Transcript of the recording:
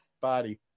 body